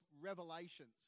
revelations